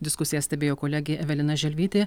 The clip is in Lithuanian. diskusiją stebėjo kolegė evelina želvytė